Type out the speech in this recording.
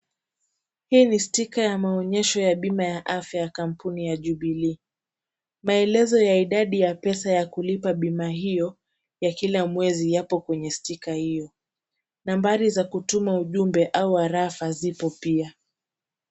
Hii ni sticker ya maonyesho ya bima ya afya ya kampuni ya Jubilee. Maelezo ya idadi ya pesa ya kulipa bima hiyo ya kila mwezi yapo kwenye sticker hiyo. Nambari za kutuma ujumbe au arafa zipo pia.